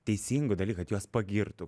teisingų dalį kad juos pagirtų